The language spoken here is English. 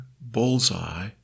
bullseye